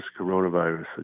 coronavirus